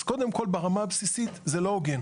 אז קודם כל, ברמה הבסיסית, זה לא כל כך הוגן.